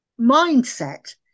mindset